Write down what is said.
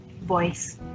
voice